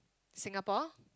Singapore